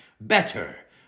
better